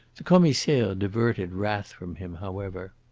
the commissaire diverted wrath from him however.